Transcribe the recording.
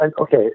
okay